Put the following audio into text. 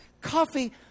coffee